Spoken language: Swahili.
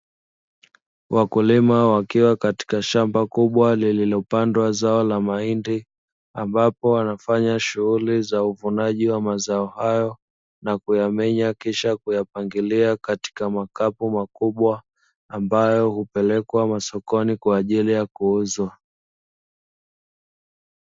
Wakulima wakiwa katika shamba kubwa lililopandwa zao la mahindi, ambapo wanafanya shughuli za uvunaji wa mazao hayo na kuyamenya kisha kuyapangilia katika makapu makubwa ambayo hupelekwa masokoni kwa ajili ya kuuzwa.